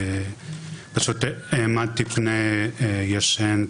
פשוט העמדתי פני ישן,